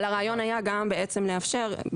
אבל הרעיון היה גם בעצם לאפשר,